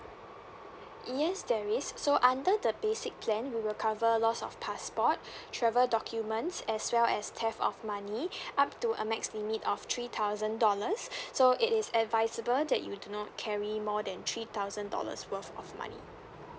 yes there is so under the basic plan we will cover loss of passport travel documents as well as theft of money up to a max limit of three thousand dollars so it is advisable that you do not carry more than three thousand dollars worth of money